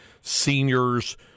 seniors –